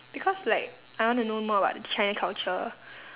because like I wanna know more about chinese culture